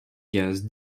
gaz